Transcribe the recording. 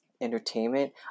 entertainment